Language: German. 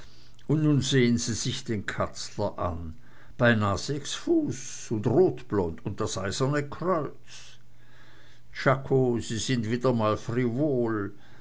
und nun sehen sie sich den katzler an beinah sechs fuß und rotblond und das eiserne kreuz czako sie sind mal